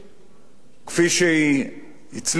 כפי שהיא הצליחה עד עכשיו,